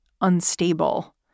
unstable